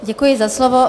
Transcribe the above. Děkuji za slovo.